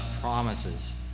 promises